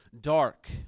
dark